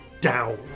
down